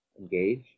engage